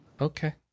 Okay